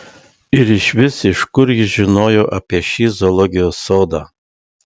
ir išvis iš kur ji žinojo apie šį zoologijos sodą